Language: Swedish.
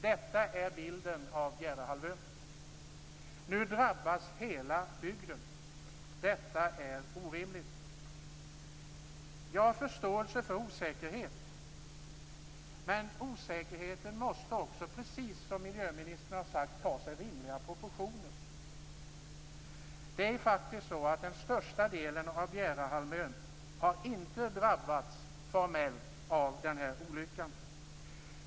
Detta är bilden av Bjärehalvön. Nu drabbas hela bygden. Detta är orimligt. Jag har förståelse för osäkerhet, men osäkerheten måste också, precis som miljöministern har sagt, ta sig rimliga proportioner. Den största delen av Bjärehalvön har formellt faktiskt inte drabbats av den här olyckan.